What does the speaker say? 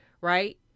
right